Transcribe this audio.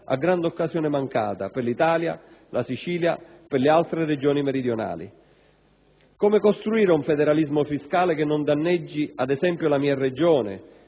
a grande occasione mancata per l'Italia, la Sicilia e le altre Regioni meridionali. Come costruire un federalismo fiscale che non danneggi, ad esempio, la mia Regione,